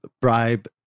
bribe